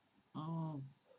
oh